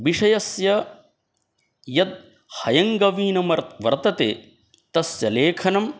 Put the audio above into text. बिषयस्य यत् हयङ्गवीनं वर् वर्तते तस्य लेखनं